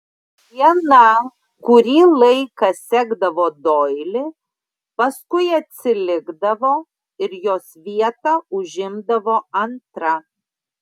viena kurį laiką sekdavo doilį paskui atsilikdavo ir jos vietą užimdavo antra